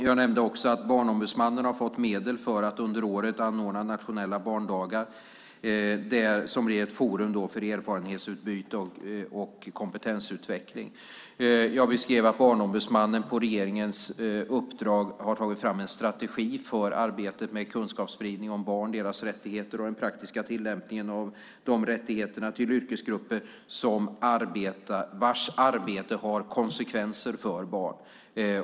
Jag nämnde också att Barnombudsmannen har fått medel för att under året anordna nationella barndagar, ett forum för erfarenhetsutbyte och kompetensutveckling. Jag beskrev att Barnombudsmannen på regeringens uppdrag har tagit fram en strategi för arbetet med kunskapsspridning om barn, deras rättigheter och den praktiska tillämpningen av de rättigheterna till yrkesgrupper vars arbete har konsekvenser för barn.